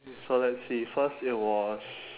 so let's see first it was